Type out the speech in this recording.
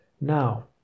Now